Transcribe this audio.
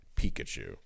Pikachu